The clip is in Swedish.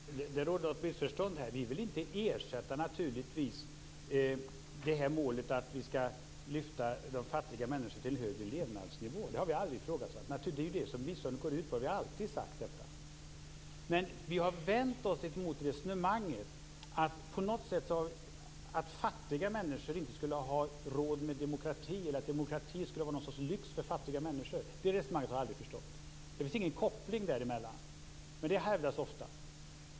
Fru talman! Det råder något missförstånd här. Vi vill naturligtvis inte alls ersätta målet om att vi skall lyfta de fattiga människorna till en högre levnadsnivå. Det har vi aldrig ifrågasatt. Det är ju det som biståndet går ut på. Vi har alltid sagt detta. Men vi har vänt oss mot resonemanget att fattiga människor inte skulle ha råd med demokrati, eller att demokrati skulle vara någon sorts lyx för fattiga människor. Det resonemanget har jag aldrig förstått. Det finns ingen koppling däremellan, men det hävdas ofta.